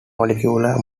molecular